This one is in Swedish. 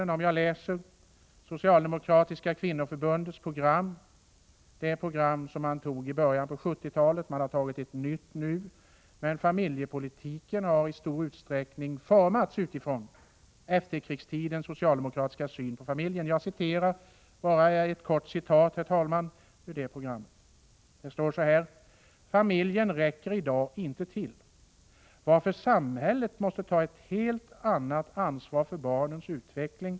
Låt mig, herr talman, citera ett kort stycke ur Socialdemokratiska kvinnoförbundets program, det program som antogs i början av 1970-talet — man har antagit ett nytt nu, men familjepolitiken har i stor utsträckning formats utifrån efterkrigstidens socialdemokratiska syn på familjen: ”Familjen räcker idag inte till, varför samhället måste ta ett helt annat ansvar för barnets utveckling.